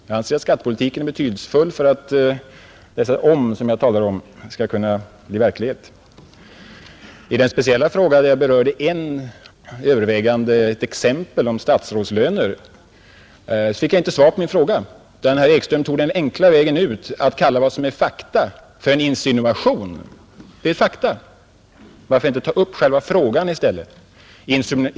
Jag anser att skattepolitiken är betydelsefull för att dessa ”om”, som jag talade om, skall kunna bli verklighet. Den speciella fråga som jag därvid berörde — det var ett exempel om statsrådslöner — fick jag inte svar på, utan herr Ekström tog den enkla vägen att kalla vad som är fakta en insinuation. Men det är fakta. Varför inte ta upp själva frågan i stället?